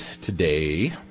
today